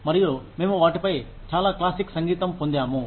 మరియు మేము వాటిపై చాలా క్లాసిక్ సంగీతం పొందాము